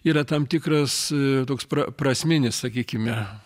yra tam tikras toks prasminis sakykime